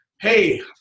hey